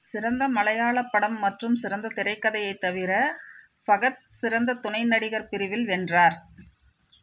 சிறந்த மலையாளப் படம் மற்றும் சிறந்த திரைக்கதையைத் தவிர ஃபஹத் சிறந்த துணை நடிகர் பிரிவில் வென்றார்